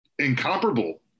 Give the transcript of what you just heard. Incomparable